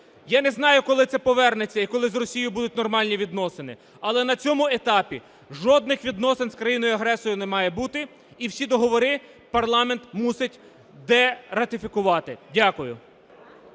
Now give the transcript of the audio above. Я не знаю, коли це повернеться і коли з Росією будуть нормальні відносини. Але на цьому етапі жодних відносин з країною-агресором не має бути і всі договори парламент мусить дератифікувати. Дякую.